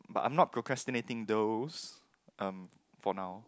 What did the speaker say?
but I'm not procrastinating those um for now